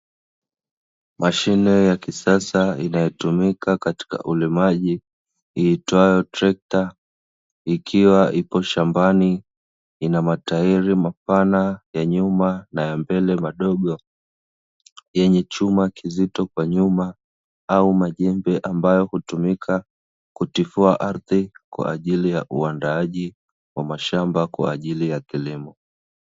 Mashine ya kisasa inayotumika katika ulimaji iitwayo trekta, ikiwa iko shambani, ina matairi mapana ya nyuma na ya mbele madogo, yenye chuma kizito kwa nyuma au majembe ambayo hutumika kutifua ardhi kwa ajili ya uandaaji wa mashamba kwa ajili ya kilimo.